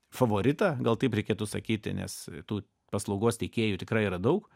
favoritą gal taip reikėtų sakyti nes tų paslaugos teikėjų tikrai yra daug